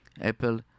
Apple